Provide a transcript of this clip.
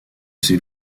ses